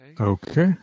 Okay